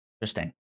Interesting